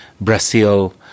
Brazil